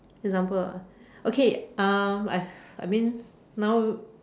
example ah okay um I I mean now